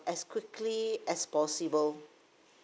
as quickly as possible